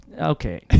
Okay